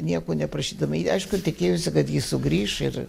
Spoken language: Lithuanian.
nieko neprašydama ji aišku tikėjosi kad ji sugrįš ir